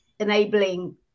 enabling